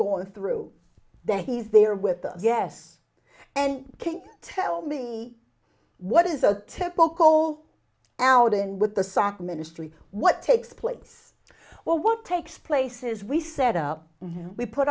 going through that he's there with the yes and can you tell me what is a typical out in with the soccer ministry what takes place well what takes place is we set up we put